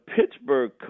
Pittsburgh